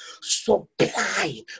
supply